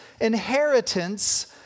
inheritance